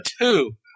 Two